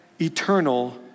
eternal